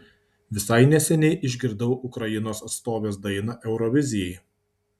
visai neseniai išgirdau ukrainos atstovės dainą eurovizijai